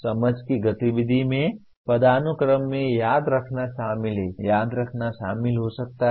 समझ की गतिविधि में पदानुक्रम में याद रखना शामिल है याद रखना शामिल हो सकता है